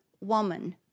woman